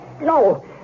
No